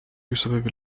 بسبب